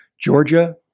Georgia